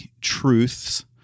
truths